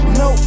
no